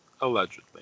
allegedly